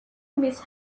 miss